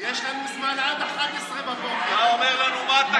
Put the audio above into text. יש לנו זמן עד 11:00. אתה אומר לנו מה התקנון פה?